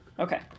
Okay